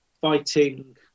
fighting